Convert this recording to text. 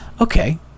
okay